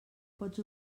pots